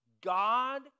God